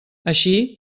així